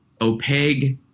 opaque